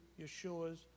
Yeshua's